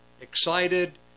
excited